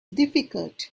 difficult